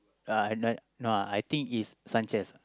uh I no no I think it's Sanchez ah